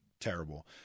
terrible